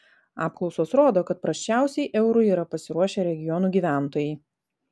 apklausos rodo kad prasčiausiai eurui yra pasiruošę regionų gyventojai